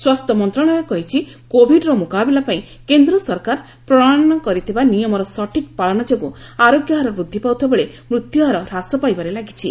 ସ୍ୱାସ୍ଥ୍ୟ ମନ୍ତ୍ରଣାଳୟ କହିଛି କୋବିଡର ମୁକାବିଲା ପାଇଁ କେନ୍ଦ୍ର ସରକାର ପ୍ରଶୟନ କରିଥିବା ନିୟମର ସଠିକ୍ ପାଳନ ଯୋଗୁଁ ଆରୋଗ୍ୟ ହାର ବୃଦ୍ଧି ପାଉଥିବା ବେଳେ ମୃତ୍ୟୁହାର ହ୍ରାସ ପାଇବାରେ ଲାଗିଛି